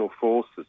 forces